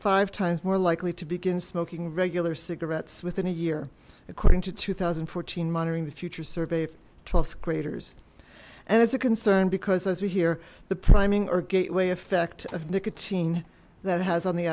five times more likely to begin smoking regular cigarettes within a year according to two thousand and fourteen monitoring the future survey of twelfth graders and it's a concern because as we hear the priming or gateway effect of nicotine that has on the